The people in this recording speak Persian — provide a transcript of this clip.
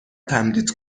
تمدید